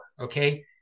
okay